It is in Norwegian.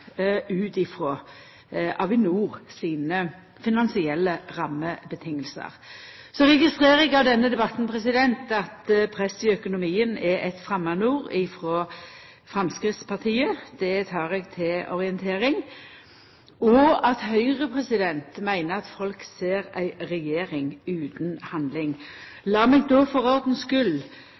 ut frå Avinor sine finansielle rammevilkår. Så registrerer eg av denne debatten at presset i økonomien er eit framandord hos Framstegspartiet – det tek eg til orientering – og at Høgre meiner at folk ser ei regjering utan handling. Lat meg då for